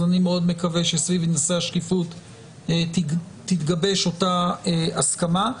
אז אני מאוד מקווה שסביב נושא השקיפות תתגבש אותה הסכמה.